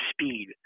speed